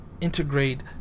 integrate